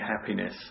happiness